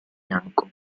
bianco